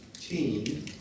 team